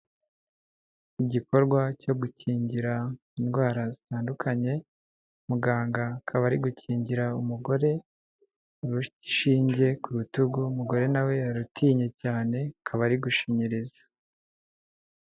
Igikorwa cyo gukingira indwara zitandukanye, muganga akaba ari gukingira umugore urushinge ku rutugu, umugore na we yarutinye cyane, akaba ari gushinyiriza.